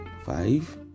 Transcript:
five